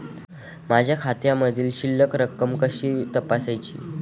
माझ्या खात्यामधील शिल्लक रक्कम कशी तपासायची?